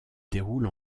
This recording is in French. déroule